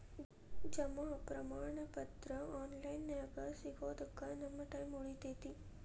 ಜಮಾ ಪ್ರಮಾಣ ಪತ್ರ ಆನ್ ಲೈನ್ ನ್ಯಾಗ ಸಿಗೊದಕ್ಕ ನಮ್ಮ ಟೈಮ್ ಉಳಿತೆತಿ